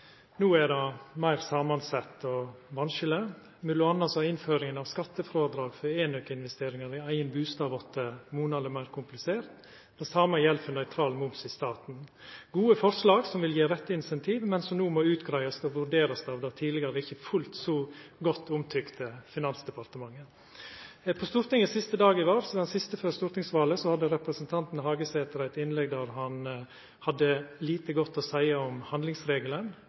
No er det meir samansett og vanskeleg. Mellom anna er innføringa av skattefrådrag for enøkinvesteringane i eigen bustad vorte monaleg meir komplisert, det same gjeld for nøytral moms til staten. Dette er gode forslag som vil gi rette insentiv, men som no må utgreiast og vurderast av det tidlegare ikkje fullt så godt omtykte Finansdepartementet. På Stortinget sitt møte siste dag i vår, det siste møtet før stortingsvalet, hadde representanten Hagesæter eit innlegg der han hadde lite godt å seia om handlingsregelen.